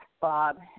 Bob